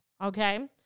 Okay